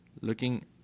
looking